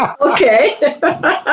Okay